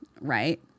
right